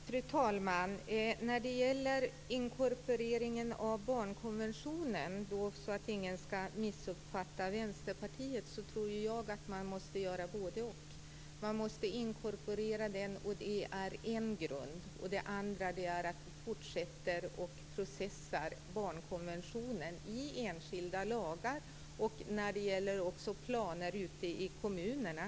Fru talman! När det gäller inkorporering av barnkonventionen, för att ingen skall missuppfatta Vänsterpartiet, tror jag att man måste göra både-och. Man måste inkorporera den som en grund. Den andra grunden är att vi fortsätter att processa barnkonventionen och införlivar den i enskilda lagar och i planer ute i kommunerna.